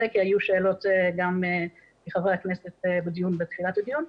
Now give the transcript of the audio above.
כי היו שאלות גם לחברי הכנסת בתחילת הדיון.